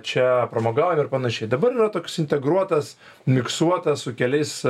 čia pramogaujam ir panašiai dabar yra toks integruotas miksuotas su keliais